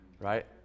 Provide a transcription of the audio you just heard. right